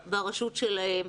כל אחת ברשות שלה.